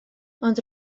ond